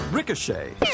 Ricochet